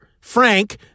Frank